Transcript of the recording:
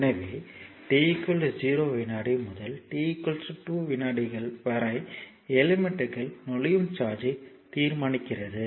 எனவே t 0 வினாடி முதல் t 2 விநாடிகள் வரை எலிமெண்ட்க்குள் நுழையும் சார்ஜ்யை தீர்மானிக்கிறது